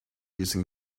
using